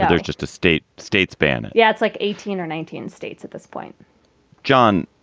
there's just a state states ban and yeah, it's like eighteen or nineteen states at this point john,